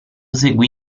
seguì